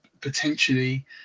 potentially